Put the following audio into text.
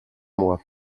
mois